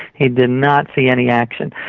he did not see any action,